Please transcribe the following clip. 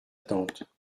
tante